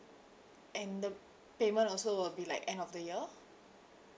and the payment also will be like end of the year